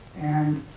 and